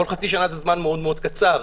זה זמן מאוד קצר.